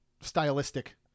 stylistic